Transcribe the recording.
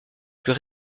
plus